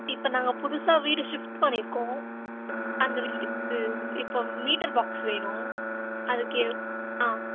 இப்போ நாங்கள் புதுசாக வீடு ஷிஃப்ட் பண்ணியிருக்கோம் அந்த வீட்டுக்கு இப்போது மீட்டர் பாக்ஸ் வேணும் அதுக்கு ஆ